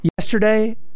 yesterday